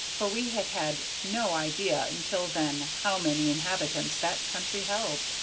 for we had had no idea until then how many inhabitants that country held.